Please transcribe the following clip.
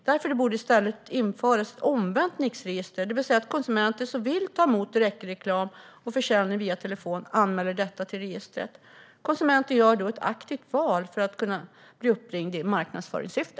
Därför borde det i stället införas ett omvänt Nixregister, det vill säga att konsumenter som vill ta emot direktreklam och försäljning via telefon anmäler detta till registret. Konsumenten gör då ett aktivt val för att kunna bli uppringd i marknadsföringssyfte.